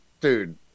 Dude